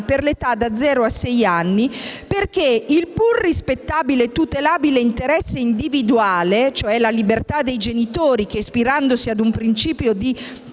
per l'età da zero a sei anni, perché il più rispettabile tutelabile interesse individuale, cioè la libertà dei genitori che, ispirandosi ad un principio di